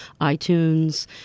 iTunes